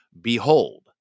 Behold